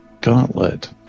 gauntlet